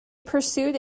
pursued